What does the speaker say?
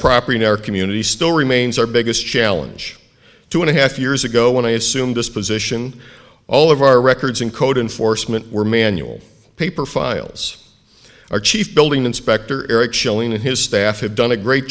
property now our community still remains our biggest challenge two and a half years ago when i assumed disposition all of our records in code enforcement were manual paper files our chief building inspector eric schilling and his staff have done a great